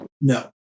No